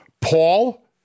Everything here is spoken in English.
Paul